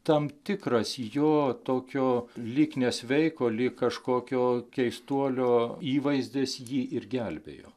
tam tikras jo tokio lyg nesveiko lyg kažkokio keistuolio įvaizdis jį ir gelbėjo